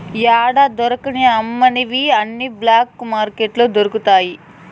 యాడా దొరకని అమ్మనివి అన్ని బ్లాక్ మార్కెట్లో దొరుకుతాయి